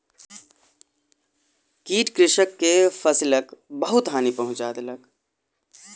कीट कृषक के फसिलक बहुत हानि पहुँचा देलक